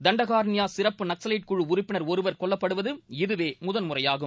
தண்டகாரன்யா சிறப்பு நக்சலைட்டு குழு உறுப்பினர் ஒருவர் கொல்லப்படுவது இதவே முதன்முறையாகும்